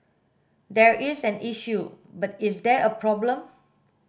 there is an issue but is there a problem